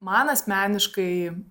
man asmeniškai